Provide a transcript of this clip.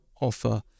offer